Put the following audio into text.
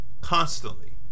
constantly